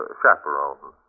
chaperone